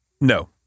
No